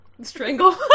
Strangle